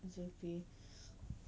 exactly